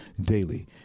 Daily